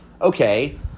okay